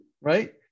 right